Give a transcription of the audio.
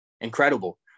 Incredible